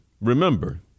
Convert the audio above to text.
remember